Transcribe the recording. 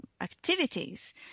activities